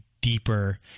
deeper